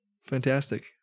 Fantastic